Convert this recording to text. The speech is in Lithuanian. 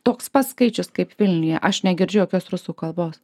toks pat skaičius kaip vilniuje aš negirdžiu jokios rusų kalbos